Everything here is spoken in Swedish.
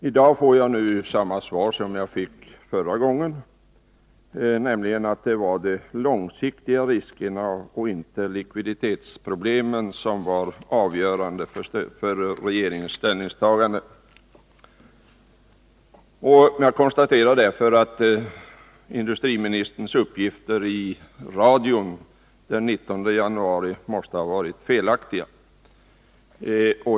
I dag får jag samma svar som jag fick förra gången, nämligen att det var de långsiktiga riskerna och inte likviditetsproblemen som var avgörande för regeringens ställningstagande. Jag konstaterar därför att industriministerns uppgifter i radio den 19 januari måste ha varit felaktiga.